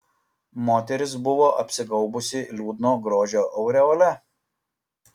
moteris buvo apsigaubusi liūdno grožio aureole